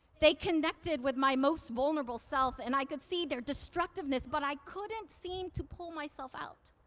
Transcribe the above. they connected with my most vulnerable self, and i could see their destructiveness, but i couldn't seem to pull myself out.